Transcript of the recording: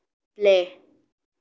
play